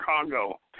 Congo